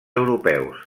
europeus